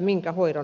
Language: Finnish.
minkä hoidon ottaa